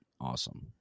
awesome